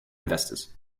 investors